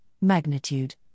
magnitude